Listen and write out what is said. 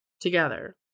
Together